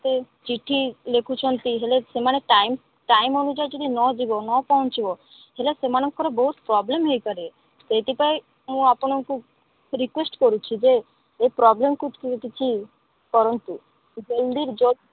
ସେ ଚିଠି ଲେଖୁଛନ୍ତି ହେଲେ ସେମାନେ ଟାଇମ ଟାଇମ ଅନୁଯାୟୀ ଯଦି ନଯିବ ନ ପହଞ୍ଚିବ ହେଲେ ସେମାନଙ୍କ ବହୁତ ପ୍ରୋବ୍ଲେମ ହୋଇପାରେ ସେଇଥିପାଇଁ ମୁଁ ଆପଣଙ୍କୁ ରିକ୍ୟୁଏଷ୍ଟ କରୁଛି ଯେ ଏ ପ୍ରୋବ୍ଲେମକୁ କିଛି କରନ୍ତୁ ଜଲଦି